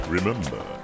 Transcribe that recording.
Remember